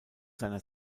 seiner